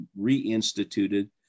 reinstituted